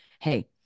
hey